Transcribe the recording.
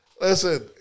Listen